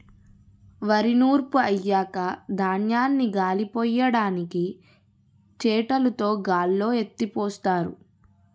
వరి నూర్పు అయ్యాక ధాన్యాన్ని గాలిపొయ్యడానికి చేటలుతో గాల్లో ఎత్తిపోస్తారు